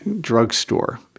drugstore